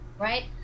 Right